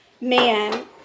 man